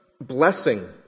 blessing